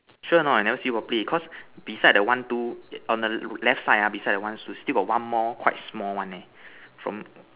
sure or not you never see properly cause beside the one two on the left side ah beside the one two still got one more quite small one leh from